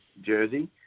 jersey